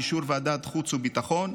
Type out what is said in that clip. באישור ועדת החוץ והביטחון,